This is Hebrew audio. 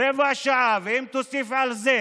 רבע שעה, ואם תוסיף על זה